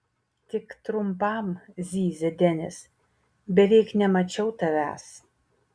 tik trumpam zyzia denis beveik nemačiau tavęs